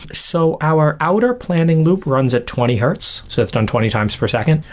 but so our outer planning loop runs at twenty hertz, so that's done twenty times per second.